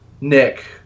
Nick